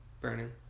Burning